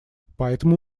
поэтому